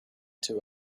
two